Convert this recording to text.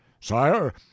sire